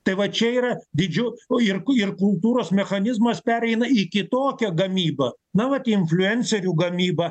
tai va čia yra didžiu o ir ku ir kultūros mechanizmas pereina į kitokią gamybą na vat infliuencerių gamybą